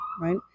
right